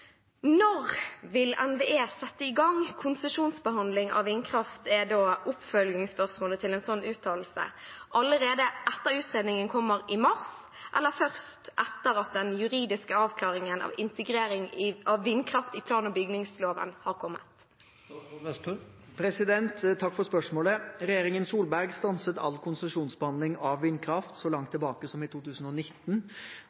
Når vil NVE sette i gang konsesjonsbehandling av vindkraft – allerede etter utredningen som kommer i mars, eller først etter den juridiske avklaringen av integrering av vindkraft i plan- og bygningsloven?» Takk for spørsmålet. Regjeringen Solberg stanset all konsesjonsbehandling av vindkraft så langt